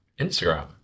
Instagram